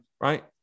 right